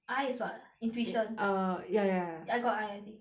I is what ah eh intuition err ya ya ya I got I I think